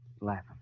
laughing